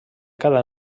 cada